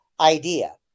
idea